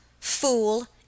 Fool